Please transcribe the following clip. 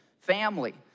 family